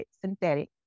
synthetic